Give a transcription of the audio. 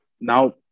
Now